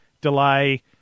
delay